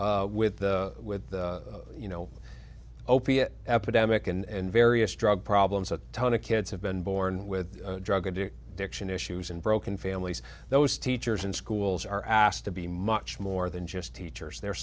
now with the with the you know opiate epidemic and various drug problems a ton of kids have been born with drug addict addiction issues and broken families those teachers and schools are asked to be much more than just teachers they're